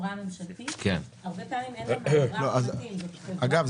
הרבה פעמים אין --- אגב,